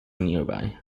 nearby